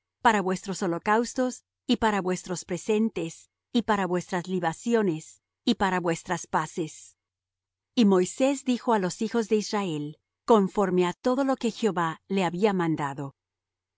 para vuestros holocaustos y para vuestros presentes y para vuestras libaciones y para vuestras paces y moisés dijo á los hijos de israel conforme á todo lo que jehová le había mandado